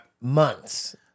months